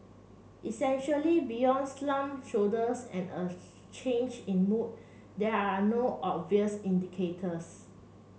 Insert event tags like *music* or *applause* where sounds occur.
essentially beyond slumped shoulders and a *unintelligible* change in mood there are no obvious indicators